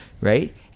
right